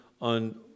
on